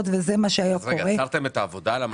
וזה מה שהיה קורה --- אז עצרתם את העבודה על המערכות האלה?